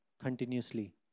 continuously